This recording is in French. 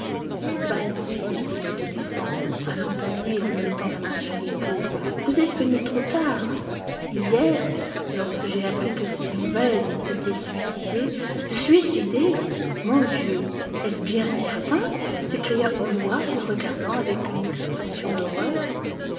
basil dit l'adolescent allant à lui et lui mettant la main sur l'épaule vous êtes venu trop tard hier lorsque j'ai appris que sibyl yane s'était suicidée suicidée mon dieu est-ce bien certain s'écria hallward le regardant avec une expression d'horreur